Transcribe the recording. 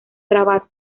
rabat